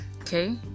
okay